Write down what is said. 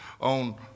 on